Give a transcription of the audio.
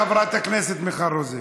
חברות יקרות,